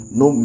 no